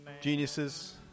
geniuses